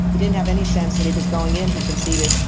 he didn't have any sense that he was going in he conceded,